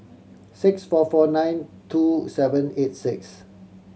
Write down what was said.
six four four nine two seven eight six